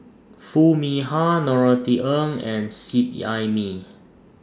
Foo Mee Har Norothy Ng and Seet Ai Mee